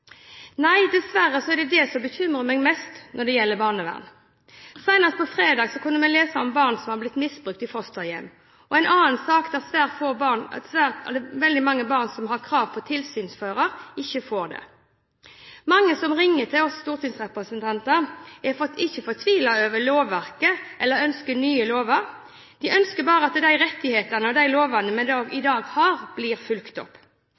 Nei, dessverre er det det som bekymrer meg mest når det gjelder barnevernet. Senest på fredag kunne vi lese om barn som var blitt misbrukt i fosterhjem, og en annen sak der veldig mange barn som har krav på tilsynsfører, ikke får det. Mange som ringer til oss stortingsrepresentanter, er ikke fortvilet over lovverket eller ønsker nye lover. De ønsker bare at de rettighetene og de lovene vi i dag har, blir fulgt opp.